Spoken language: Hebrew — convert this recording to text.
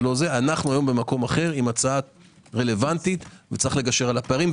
אנחנו היום במקום אחר עם הצעה רלוונטית וצריך לגשר על הפערים,